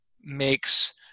makes